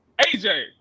AJ